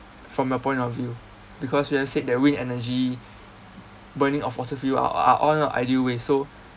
from your point of view because we have said that wind energy burning of fossil fuels are are all your ideal way so